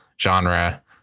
genre